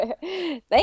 Thank